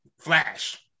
flash